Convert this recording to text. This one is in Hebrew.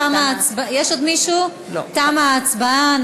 תמה ההצבעה.